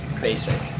basic